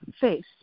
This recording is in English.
face